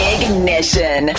Ignition